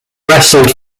wrestled